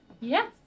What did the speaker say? Yes